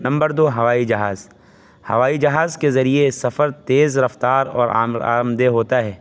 number دو ہوائی جہاز ہوائی جہاز کے ذریعہ سفر تیز رفتار اور آم آرام دہ ہوتا ہے